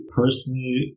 personally